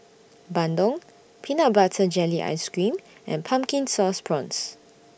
Bandung Peanut Butter Jelly Ice Cream and Pumpkin Sauce Prawns